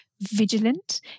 vigilant